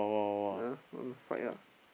ah want to fight ah